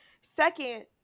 second